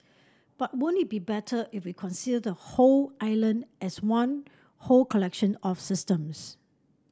but won't it be better if we consider the whole island as one whole collection of systems